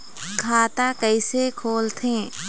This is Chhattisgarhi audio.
खाता कइसे खोलथें?